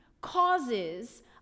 causes